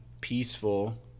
peaceful